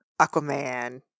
Aquaman